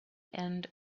end